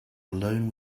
alone